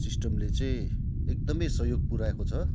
सिस्टमले चाहिँ एकदमै सहयोग पुराएको छ